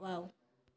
wow